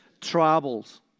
Troubles